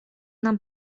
нам